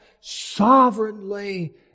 sovereignly